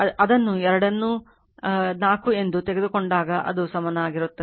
ಅದನ್ನು ಎರಡನ್ನು 4 ಎಂದು ತೆಗೆದುಕೊಂಡಾಗ ಅದು ಸಮವಾಗಿರುತ್ತದೆ